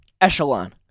echelon